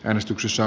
äänestyksissä